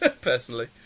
personally